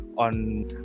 on